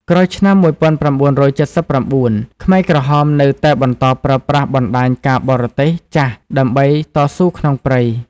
ក្រោយឆ្នាំ១៩៧៩ ខ្មែរក្រហមនៅតែបន្តប្រើប្រាស់បណ្ដាញការបរទេសចាស់ដើម្បីតស៊ូក្នុងព្រៃ។